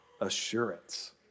assurance